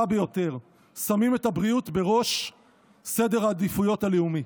ביותר: שמים את הבריאות בראש סדר העדיפויות הלאומי.